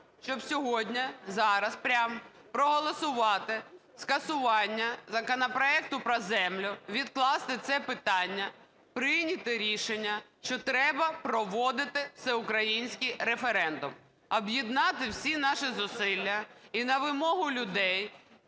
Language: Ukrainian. щоб сьогодні, зараз прямо, проголосувати скасування законопроекту про землю, відкласти це питання, прийняти рішення, чи треба проводити всеукраїнський референдум. Об'єднати всі наші зусилля і на вимогу людей